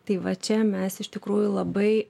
tai va čia mes iš tikrųjų labai